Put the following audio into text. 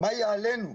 מה יהיה עלינו?